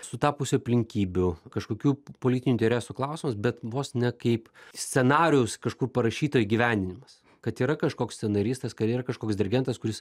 sutapusių aplinkybių kažkokių politinių interesų klausimas bet vos ne kaip scenarijaus kažkur parašyto įgyvendinimas kad yra kažkoks scenaristas kad yra kažkoks derigentas kuris